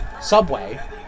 subway